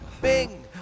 Bing